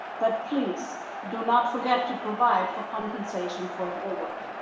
but please do not forget to provide for compensation for their work.